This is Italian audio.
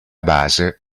base